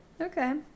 Okay